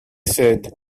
said